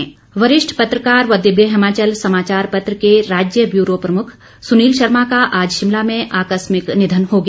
निधन वरिष्ठ पत्रकार व दिव्य हिमाचल समाचार पत्र के राज्य ब्यूरो प्रमुख सुनील शर्मा का आज शिमला में आकस्मिक निधन हो गया